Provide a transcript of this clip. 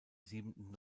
siebenten